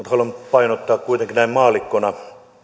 haluan kuitenkin painottaa näin maallikkona kantaani